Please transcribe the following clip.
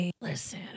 Listen